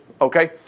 Okay